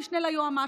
המשנה ליועמ"ש,